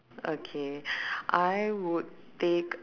okay I would take